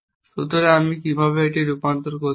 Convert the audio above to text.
সুতরাং আমি কীভাবে এটিকে রূপান্তর করতে পারি